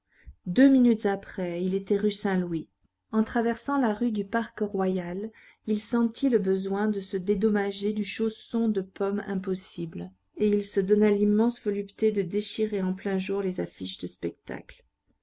deux minutes après il était rue saint-louis en traversant la rue du parc royal il sentit le besoin de se dédommager du chausson de pommes impossible et il se donna l'immense volupté de déchirer en plein jour les affiches de spectacle